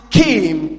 came